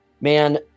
man